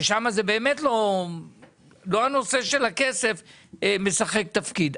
ששם הנושא של הכסף לא משחק תפקיד.